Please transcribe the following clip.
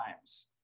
times